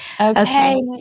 Okay